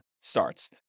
starts